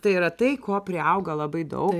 tai yra tai ko priauga labai daug